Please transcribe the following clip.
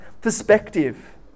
perspective